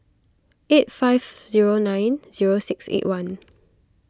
eight five zero nine zero six eight one